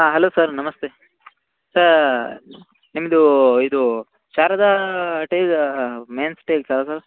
ಹಾಂ hello sir ನಮಸ್ತೇ sir ನಿಮ್ಮದು ಇದು ಶಾರದಾ ಟೇಲ್ ಮೆನ್ಸ್ ಟೇಲ್ಸ್ ಅಲಾ ಸರ್